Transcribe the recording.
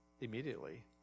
immediately